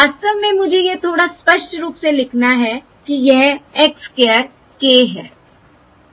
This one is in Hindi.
वास्तव में मुझे यह थोड़ा स्पष्ट रूप से लिखना है कि यह x स्क्वायर k है